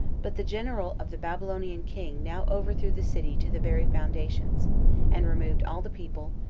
but the general of the babylonian king now overthrew the city to the very foundations and removed all the people,